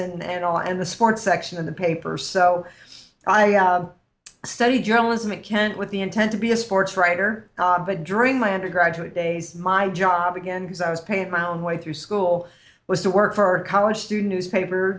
was and all and the sports section of the paper so i studied journalism at kent with the intent to be a sports writer but during my undergraduate days my job again because i was paying my own way through school was to work for a college student newspaper